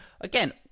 again